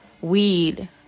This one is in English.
weed